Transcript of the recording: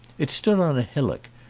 it stood on a hillock,